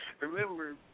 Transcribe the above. Remember